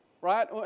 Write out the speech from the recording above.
right